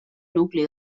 nucli